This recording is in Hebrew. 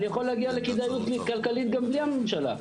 אני יכול להגיע לכדאיות כלכלית גם בלי הממשלה.